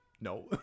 No